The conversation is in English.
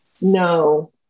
No